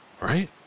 right